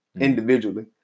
individually